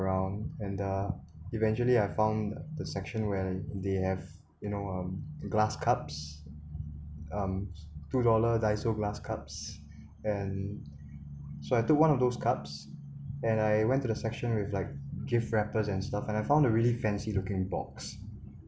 around and uh eventually I found the section where they have you know um glass cups um two dollar Daiso glass cups and so I took one of those cups and I went to the section with like gift wrappers and stuff and I found a really fancy looking box